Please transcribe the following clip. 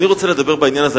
אני רוצה לדבר בעניין הזה.